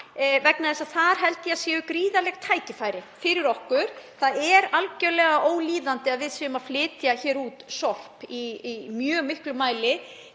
vegna þess að þar held ég að séu gríðarleg tækifæri fyrir okkur. Það er algerlega ólíðandi að við séum að flytja út sorp í mjög miklum mæli